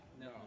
No